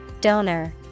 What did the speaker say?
Donor